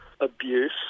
abuse